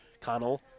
Connell